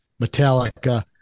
Metallica